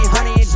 Honey